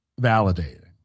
validating